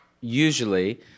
usually